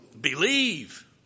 believe